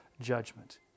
judgment